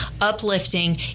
uplifting